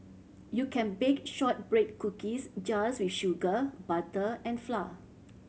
you can bake shortbread cookies just with sugar butter and flour